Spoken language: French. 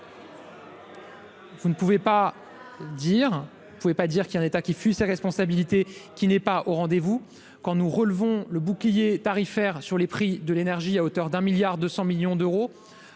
vous ne pouvez pas dire qu'un état qui fut sa responsabilité qui n'est pas au rendez-vous quand nous relevons le bouclier tarifaire sur les prix de l'énergie à hauteur d'un milliard 200 millions d'euros